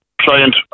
client